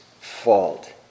fault